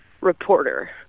reporter